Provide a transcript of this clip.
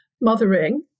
Mothering